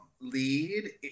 lead